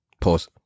Pause